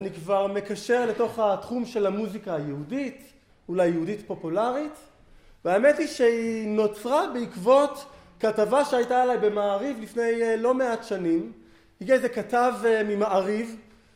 אני כבר מקשר לתוך התחום של המוזיקה היהודית אולי יהודית פופולרית והאמת היא שהיא נוצרה בעקבות כתבה שהייתה עליי במעריב לפני לא מעט שנים הגיע איזה כתב ממעריב